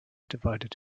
divided